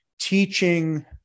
teaching